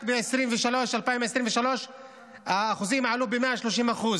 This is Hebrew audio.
רק ב-2023 האחוזים עלו ב-130%,